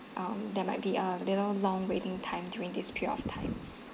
um there might be a little long waiting time during this period of time